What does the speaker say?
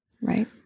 Right